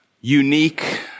unique